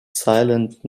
silent